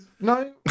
No